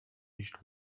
nicht